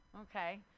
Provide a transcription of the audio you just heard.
okay